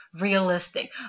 realistic